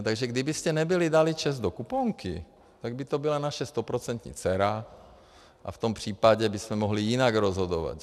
Takže kdybyste nebyli dali ČEZ do kuponky, tak by to byla naše stoprocentní dcera a v tom případě bychom mohli jinak rozhodovat.